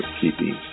Keeping